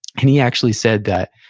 and he actually said that,